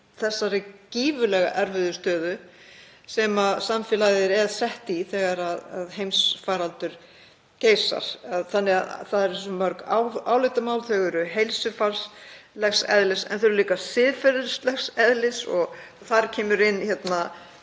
þessari gífurlegu erfiðu stöðu sem samfélagið er sett í þegar heimsfaraldur geisar. Það eru svo mörg álitamál. Þau eru heilsufarslegs eðlis en þau eru líka siðferðislegs eðlis og þar kemur